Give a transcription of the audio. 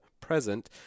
present